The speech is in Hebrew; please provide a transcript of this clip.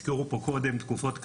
הזכירו פה קודם תקופות קשות,